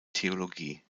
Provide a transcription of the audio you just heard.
theologie